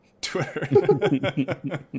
Twitter